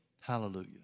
Hallelujah